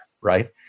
right